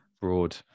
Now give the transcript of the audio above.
broad